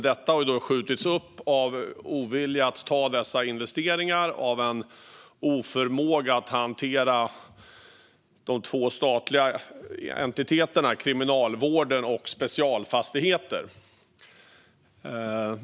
Detta har skjutits upp på grund av ovilja att ta dessa investeringar och oförmåga att hantera de två statliga entiteterna Kriminalvården och Specialfastigheter.